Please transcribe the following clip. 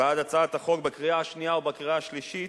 בעד הצעת החוק בקריאה שנייה ובקריאה שלישית